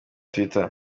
twitter